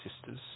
sisters